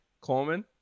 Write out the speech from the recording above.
Coleman